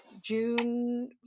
June